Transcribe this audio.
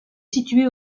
située